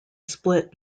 split